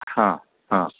हां हां